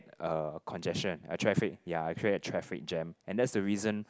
a congestion a traffic ya actually a traffic jam and that's the reason